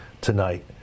tonight